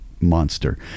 monster